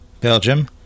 Belgium